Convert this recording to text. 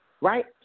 right